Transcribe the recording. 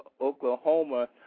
Oklahoma